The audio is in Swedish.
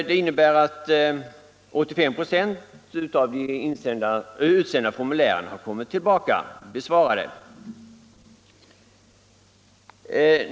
Det innebär att 85 96 av de utsända formulären har kommit tillbaka besvarade.